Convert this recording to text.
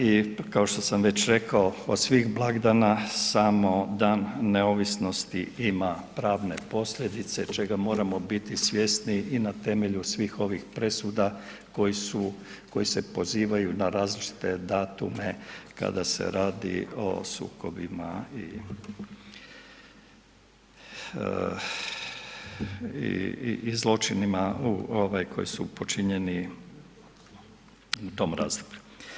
I kao što sam već rekao od svih blagdana samo Dan neovisnosti ima pravne posljedice čega moramo biti svjesni i na temelju svih ovih presuda koje se pozivaju na različite datume kada se radi o sukobima i zločinima koji su počinjeni u tom razdoblju.